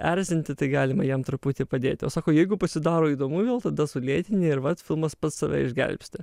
erzinti tai galima jam truputį padėti o sako jeigu pasidaro įdomu vėl tada sulėtini ir vat filmas pats save išgelbsti